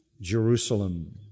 Jerusalem